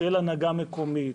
של הנהגה מקומית,